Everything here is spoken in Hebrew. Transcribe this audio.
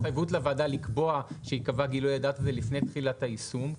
הייתה התחייבות לוועדה לקבוע שיקבע גילוי הדעת הזה לפני תחילת היישום,